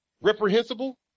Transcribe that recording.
reprehensible